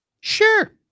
Sure